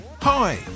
Hi